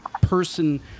person